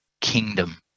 kingdom